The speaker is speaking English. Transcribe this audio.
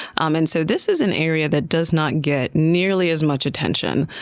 um and so this is an area that does not get nearly as much attention.